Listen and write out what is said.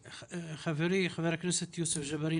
חברי חבר הכנסת יוסף ג'בארין,